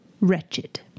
Wretched